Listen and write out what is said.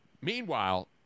Meanwhile